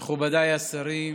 מכובדיי השרים,